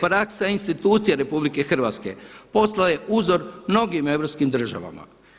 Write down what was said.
Praksa institucija RH postala je uzor mnogim europskih državama.